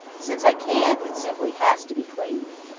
since i can't, it simply has to be cleaned.